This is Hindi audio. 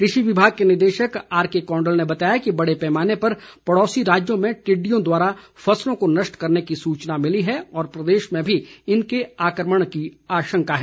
कृषि विभाग के निदेशक आरके कौंडल ने बताया कि बड़े पैमाने पर पड़ौसी राज्यों में टिड्डियों द्वारा फसलों को नष्ट करने की सूचना मिली है और प्रदेश में भी इनके आक्रमण की आशंका है